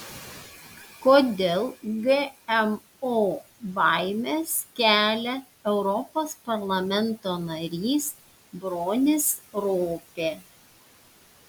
kodėl gmo baimes kelia europos parlamento narys bronis ropė